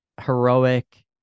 heroic